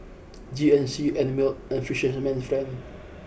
G N C Einmilk and Fisherman's friend